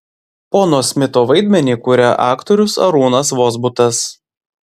pono smito vaidmenį kuria aktorius arūnas vozbutas